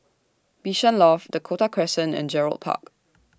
Bishan Loft Dakota Crescent and Gerald Park